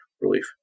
relief